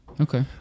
Okay